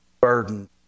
burden